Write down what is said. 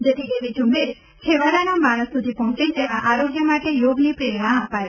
જેથી એવી ઝુંબેશ છેવાડાના માણસ સુધી પહોંચે જેમાં આરોગ્ય માટે યોગની પ્રેરણા અપાય